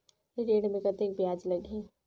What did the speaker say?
ऋण मे कतेक ब्याज लगही?